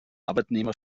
arbeitnehmer